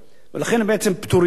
לכן הם בעצם פטורים מאגרה.